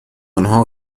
آنها